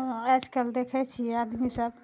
आज कल देखै छियै आदमी सब